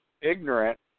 ignorant